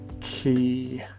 key